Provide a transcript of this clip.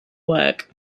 work